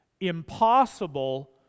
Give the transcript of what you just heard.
impossible